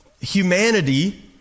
humanity